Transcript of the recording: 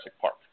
park